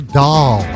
doll